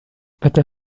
بدأ